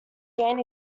gain